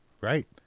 Right